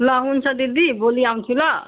ल हुन्छ दिदी भोलि आउँछु ल